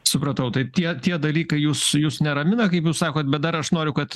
supratau tai tie tie dalykai jus jus neramina kaip jūs sakote bet dar aš noriu kad